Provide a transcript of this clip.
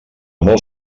molt